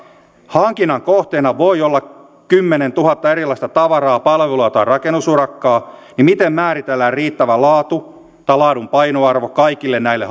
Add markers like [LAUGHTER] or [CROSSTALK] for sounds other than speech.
hankinnan kohteena voi olla kymmenentuhatta erilaista tavaraa palvelua tai rakennusurakkaa niin miten määritellään riittävä laatu tai laadun painoarvo kaikille näille [UNINTELLIGIBLE]